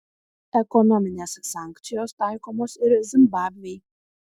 ekonominės sankcijos taikomos ir zimbabvei